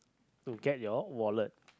to get your wallet